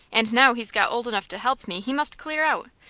and now he's got old enough to help me he must clear out.